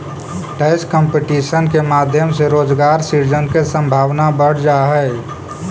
tax competition के माध्यम से रोजगार सृजन के संभावना बढ़ जा हई